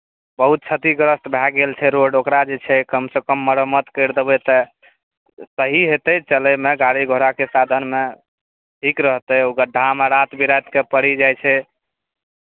बहुत क्षतिग्रस्त भए गेल छै रोड ओकरा जे छै कमसँ कम मरम्मत करि देबै तऽ सही हेतै चलयमे गाड़ी घोड़ाके साधनमे ठीक रहतै ओ गड्ढामे राति बिरातिकेँ पड़ी जाइ छै